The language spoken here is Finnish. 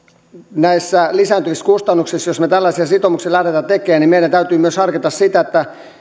näissä lisääntyvissä kustannuksissa jos me tällaisia sitoumuksia lähdemme tekemään meidän täytyy myös harkita sitä